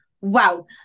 wow